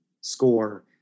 score